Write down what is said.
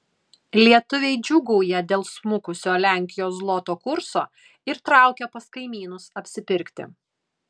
lietuviai džiūgauja dėl smukusio lenkijos zloto kurso ir traukia pas kaimynus apsipirkti